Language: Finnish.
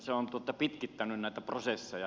se on pitkittänyt näitä prosesseja